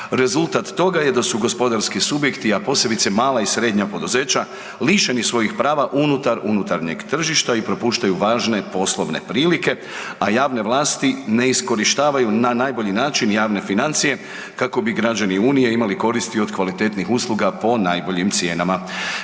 Rezultat toga je da su gospodarski subjekti, a posebice mala i srednja poduzeća lišeni svojih prava unutar unutarnjeg tržišta i propuštaju važne poslovne prilike, a javne vlasti ne iskorištavaju na najbolji način javne financije kako bi građani unije imali koristi od kvalitetnih usluga po najboljim cijenama.“